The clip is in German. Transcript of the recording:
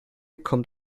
kommt